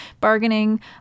bargaining